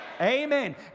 amen